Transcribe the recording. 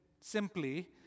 simply